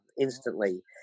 instantly